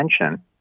attention